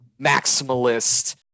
maximalist